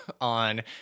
on